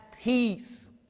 peace